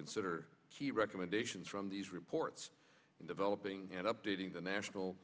consider key recommendations from these reports in developing and updating the national